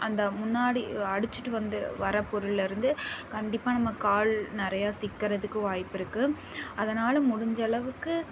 அந்த முன்னாடி அடிச்சுட்டு வந்து வரப்பொருள்லேருந்து கண்டிப்பாக நம்ம கால் நிறையா சிக்குறதுக்கு வாய்ப்பு இருக்குது அதனால் முடிஞ்ச அளவுக்கு